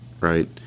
right